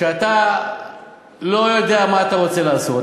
כשאתה לא יודע מה אתה רוצה לעשות,